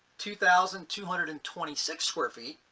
two thousand two hundred and twenty six square feet.